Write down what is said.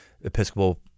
Episcopal